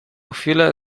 chwilę